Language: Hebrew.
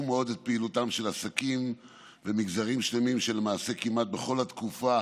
מאוד את פעילותם של עסקים ומגזרים שלמים שלמעשה כמעט בכל התקופה